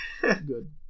Good